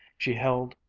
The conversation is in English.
she held,